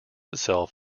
itself